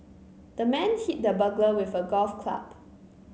the man hit the burglar with a golf club